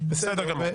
בסדר גמור.